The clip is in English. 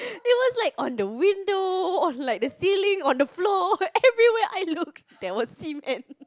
it was like on the window on like the ceiling on the floor everywhere I looked there was him and